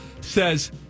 says